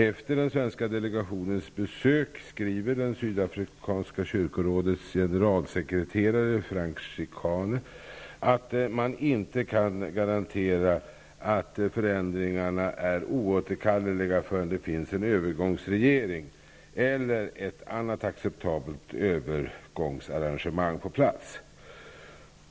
Efter den svenska delegationens besök skriver det sydafrikanska kyrkorådets generalsekreterare Frank Chikane att ''man inte kan garantera att förändringarna är oåterkalleliga förrän det finns en övergångsregering eller ett annat acceptabelt övergångsarrangemang på plats''.